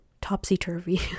topsy-turvy